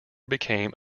became